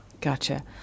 Gotcha